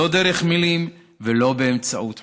לא דרך מילים ולא באמצעות חוקים.